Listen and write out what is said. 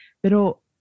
pero